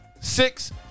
six